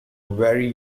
very